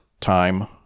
time